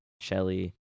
Shelly